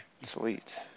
sweet